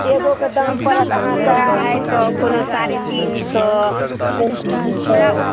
एगोके दाम पड़त अहाँके अढ़ाइ सए कोनो साढ़े तीन सए कोनो दू सए